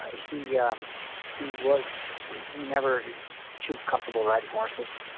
ah he yeah he was never too comfortable riding horses.